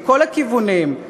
מכל הכיוונים.